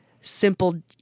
simple